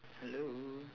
hello